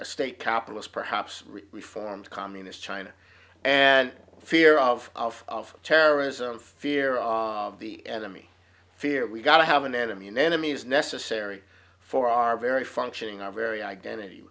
china state capitals perhaps reformed communist china and fear of terrorism fear of the enemy fear we've got to have an enemy an enemy is necessary for our very functioning our very identity